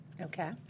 Okay